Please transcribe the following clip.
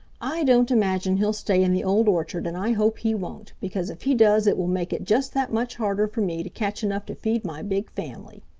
i don't imagine he'll stay in the old orchard and i hope he won't, because if he does it will make it just that much harder for me to catch enough to feed my big family.